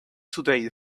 today